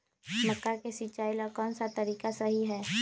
मक्का के सिचाई ला कौन सा तरीका सही है?